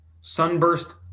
sunburst